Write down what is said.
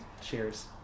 cheers